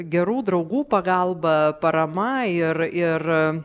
gerų draugų pagalba parama ir ir